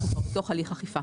אנחנו כבר בתוך הליך חפיפה,